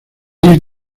iris